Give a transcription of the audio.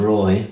Roy